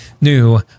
new